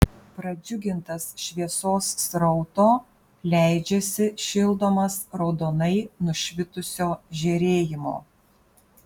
pradžiugintas šviesos srauto leidžiasi šildomas raudonai nušvitusio žėrėjimo